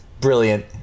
Brilliant